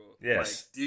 Yes